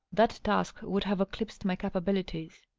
that task would have eclipsed my capa bilities.